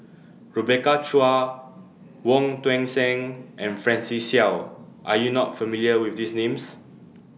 Rebecca Chua Wong Tuang Seng and Francis Seow Are YOU not familiar with These Names